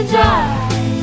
die